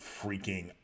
freaking